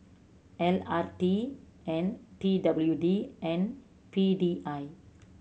L R T N T W D and P D I